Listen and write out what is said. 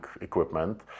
equipment